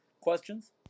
questions